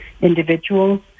individuals